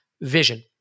vision